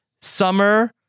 summer